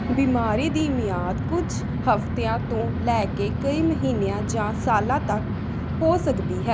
ਬਿਮਾਰੀ ਦੀ ਮਿਆਦ ਕੁਝ ਹਫ਼ਤਿਆਂ ਤੋਂ ਲੈ ਕੇ ਕਈ ਮਹੀਨਿਆਂ ਜਾਂ ਸਾਲਾਂ ਤੱਕ ਹੋ ਸਕਦੀ ਹੈ